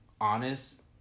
honest